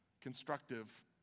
constructive